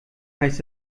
heißt